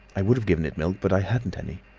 i would have given it milk, but i hadn't any.